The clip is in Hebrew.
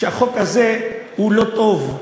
שהחוק הזה הוא לא טוב.